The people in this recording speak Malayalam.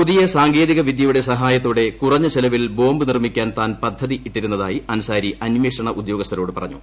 പുതിയ സാങ്കേതിക വിദ്യയുടെ സ്ഫായത്തോടെ കുറഞ്ഞ ചെലവിൽ ബോംബ് നിർമ്മിയ്ക്കാൻ താൻ പദ്ധ്തിയിട്ടിരുന്നതായി അൻസാരി അന്വേഷണ ഉദ്യോഗസ്ഥരോട് പറഞ്ഞു